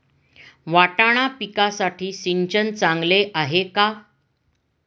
वाटाणा पिकासाठी सिंचन चांगले आहे का?